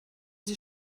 sie